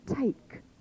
take